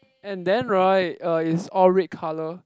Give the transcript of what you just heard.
and then right uh is all red colour